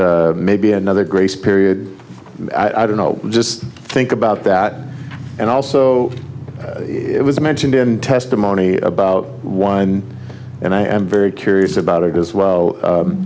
maybe another grace period i don't know just think about that and also it was mentioned in testimony about why and i am very curious about it as well